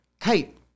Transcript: kite